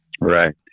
Right